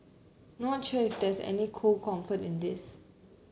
not sure if there is any cold comfort in this